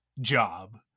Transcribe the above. job